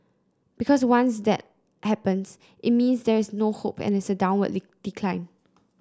because once that happens it means there is no hope and it's a downward decline